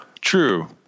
True